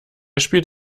spielt